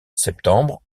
septembre